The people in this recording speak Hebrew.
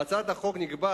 בהצעת החוק נקבע